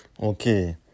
Okay